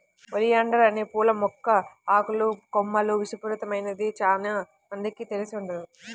oleander అనే పూల మొక్క ఆకులు, కొమ్మలు విషపూరితమైనదని చానా మందికి తెలిసి ఉండదు